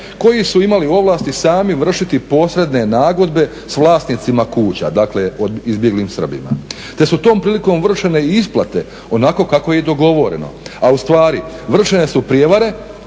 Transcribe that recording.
koji su imali ovlasti sami vršiti posredne nagodbe s vlasnicima kuća" dakle izbjeglim Srbima "te su tom prilikom vršene isplate onako kako je i dogovoreno. A ustvari vršene su prijevare